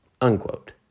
Unquote